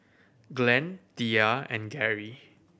Glenn Thea and Gerry